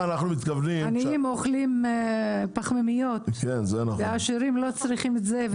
עניים אוכלים פחמימות ועשירים לא צריכים את זה.